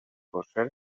concerts